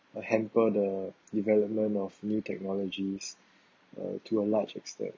will hamper the development of new technologies uh to a large extent